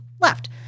left